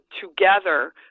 together